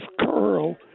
curl